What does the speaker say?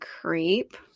creep